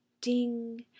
Ding